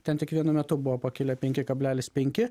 ten tik vienu metu buvo pakilę penki kablelis penki